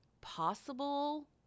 possible